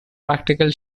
practical